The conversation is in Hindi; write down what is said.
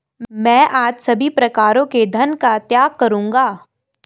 मैं आज सभी प्रकारों के धन का त्याग करूंगा